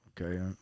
okay